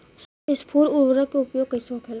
स्फुर उर्वरक के उपयोग कईसे होखेला?